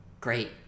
great